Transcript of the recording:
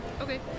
Okay